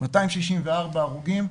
264 הרוגים.